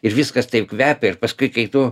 ir viskas taip kvepia ir paskui kai tu